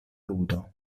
ludo